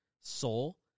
Soul